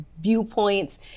viewpoints